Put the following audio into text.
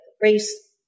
race